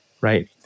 right